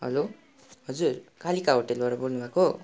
hello हजुर कालिका होटलबाट बोल्नुभएको